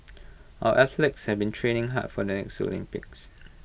our athletes have been training hard for the next Olympics